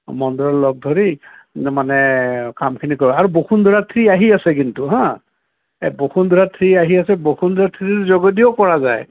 মণ্ডলক লগ ধৰি মানে কামখিনি কৰ আৰু বসুন্ধৰা থ্ৰী আহি আছে কিন্তু হা এই বসুন্ধৰা থ্ৰী আহি আছে বসুন্ধৰা থ্ৰীৰ যোগেদিও পৰা যায়